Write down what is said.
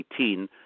2018